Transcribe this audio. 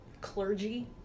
clergy